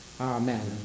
Amen